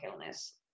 illness